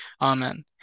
Amen